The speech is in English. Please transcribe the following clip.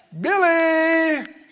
Billy